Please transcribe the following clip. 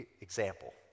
example